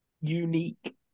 unique